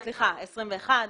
סליחה, 21 ימים.